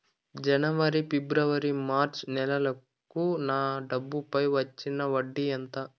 జనవరి, ఫిబ్రవరి, మార్చ్ నెలలకు నా డబ్బుపై వచ్చిన వడ్డీ ఎంత